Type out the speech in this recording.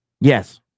Yes